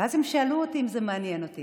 ואז הם שאלו אותי אם זה מעניין אותי.